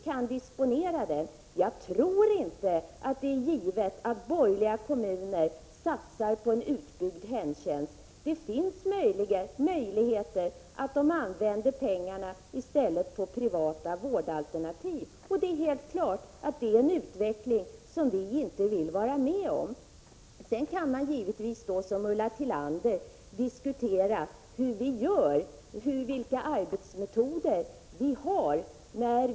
Åtminstone bör staten betala intill dess att den arbetsgrupp som ser över bl.a. behovet av kompletterande omsorger för vissa handikappgrupper, för ett eventuellt utvidgande av omsorgslagens personkrets, har avlämnat sitt betänkande. Herr talman!